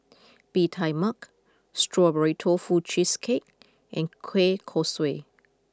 Bee Tai Mak Strawberry Tofu Cheesecake and Kueh Kosui